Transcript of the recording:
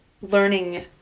learning